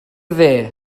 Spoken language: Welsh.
dde